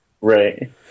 Right